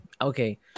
Okay